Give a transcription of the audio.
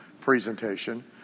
presentation